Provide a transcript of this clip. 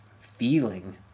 feeling